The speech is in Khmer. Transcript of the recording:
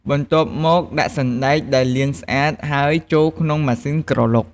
បន្ទាប់់មកដាក់សណ្តែកដែលលាងស្អាតហើយចូលក្នុងម៉ាស៊ីនក្រឡុក។